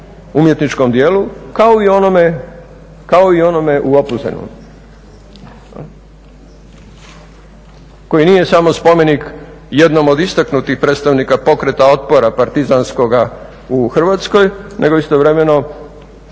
umjetničkom dijelu kao i onome u Opuzenu koji nije samo spomenik jednom od istaknutih predstavnika pokreta otpora partizanskoga u Hrvatskoj nego istovremeno